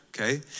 Okay